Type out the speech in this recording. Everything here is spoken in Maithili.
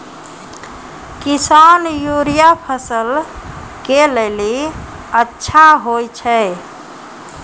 किसान यूरिया फसल के लेली अच्छा होय छै?